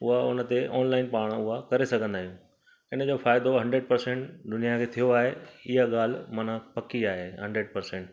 उहा उन ते ऑनलाइन पाण उहा करे सघंदा आहियूं इनजो फ़ाइदो हंड्रेड पर्सेंट दुनियां खे थियो आहे इहा ॻाल्हि माना पक्की आहे हंड्रेड पर्सेंट